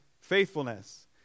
faithfulness